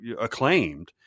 acclaimed